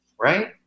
right